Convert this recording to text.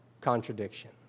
contradiction